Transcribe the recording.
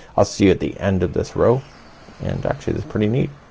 i'll see at the end of this row and actually that's pretty neat.